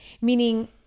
Meaning